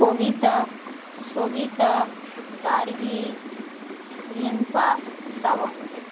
Kabita Sabita Gargi Rimpa Srabanti